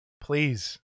please